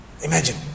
Imagine